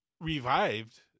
revived